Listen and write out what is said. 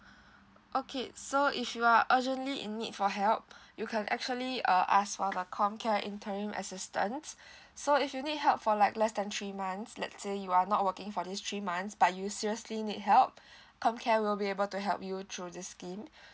okay so if you are urgently in need for help you can actually uh ask for the comcare interim assistance so if you need help for like less than three months let's say you are not working for these three months but you seriously need help comcare will be able to help you through this scheme